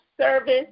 service